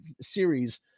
series